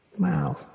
Wow